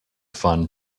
fun